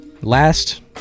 Last